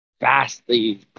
vastly